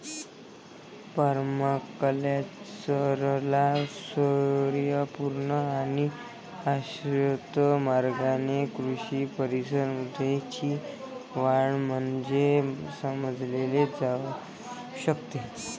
पर्माकल्चरला स्वयंपूर्ण आणि शाश्वत मार्गाने कृषी परिसंस्थेची वाढ म्हणून समजले जाऊ शकते